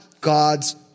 God's